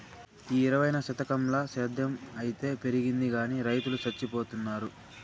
ఈ ఇరవైవ శతకంల సేద్ధం అయితే పెరిగింది గానీ రైతులు చచ్చిపోతున్నారు